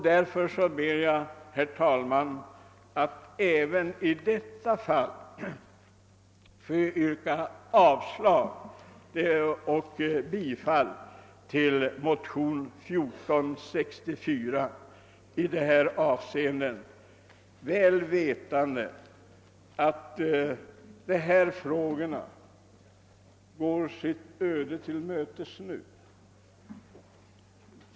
Därför ber jag, herr talman, att även i detta fall få yrka avslag på propositionen väl vetande att dessa frågor nu går sitt öde till mötes.